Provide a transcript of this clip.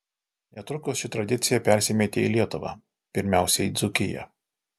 netrukus ši tradicija persimetė į lietuvą pirmiausia į dzūkiją